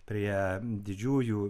prie didžiųjų